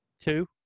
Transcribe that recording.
Two